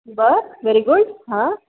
बरं very good हां